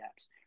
apps